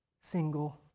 single